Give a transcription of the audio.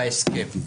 בהסכם.